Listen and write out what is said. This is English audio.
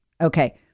Okay